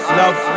love